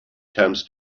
thames